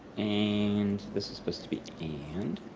and this is supposed to be and.